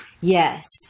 Yes